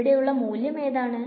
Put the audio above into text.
ഇവിടെ ഉള്ള മൂല്യം എന്താണ്